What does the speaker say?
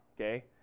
okay